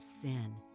sin